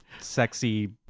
sexy